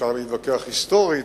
אפשר להתווכח היסטורית,